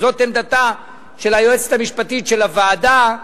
זאת עמדתה של היועצת המשפטית של הוועדה,